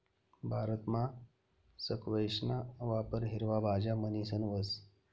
भारतमा स्क्वैशना वापर हिरवा भाज्या म्हणीसन व्हस